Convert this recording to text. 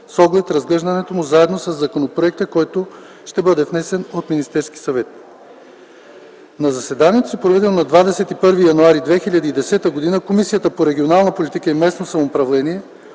с оглед разглеждането му заедно със законопроекта, който ще бъде внесен от Министерския съвет. В заседанието си, проведено на 21 януари 2010 г., Комисията по регионална политика и местно самоуправление